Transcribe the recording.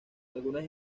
algunas